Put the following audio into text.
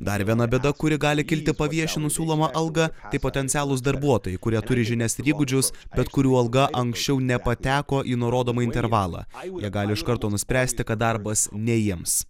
dar viena bėda kuri gali kilti paviešinus siūlomą algą tai potencialūs darbuotojai kurie turi žinias ir įgūdžius bet kurių alga anksčiau nepateko į nurodomą intervalą jie gali iš karto nuspręsti kad darbas ne jiems